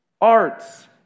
arts